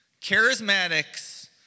charismatics